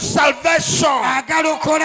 salvation